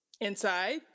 inside